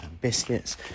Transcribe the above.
biscuits